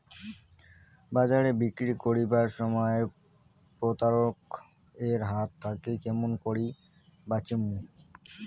বাজারে বিক্রি করিবার সময় প্রতারক এর হাত থাকি কেমন করি বাঁচিমু?